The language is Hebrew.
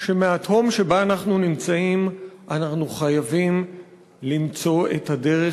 שמהתהום שבה אנחנו נמצאים אנחנו חייבים למצוא את הדרך,